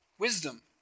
Wisdom